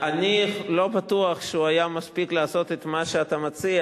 אני לא בטוח שהוא היה מספיק לעשות את מה שאתה מציע,